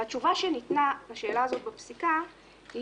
והתשובה שניתנה לשאלה הזאת בפסיקה היא